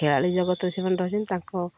ଖେଳାଳି ଜଗତ ସେମାନେ ରହିଛନ୍ତି ତାଙ୍କ